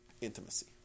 intimacy